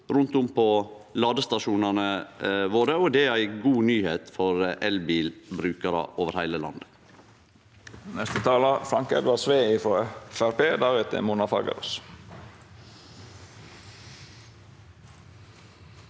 rundt på ladestasjonane våre. Det er ei god nyheit for elbilbrukarar over heile landet.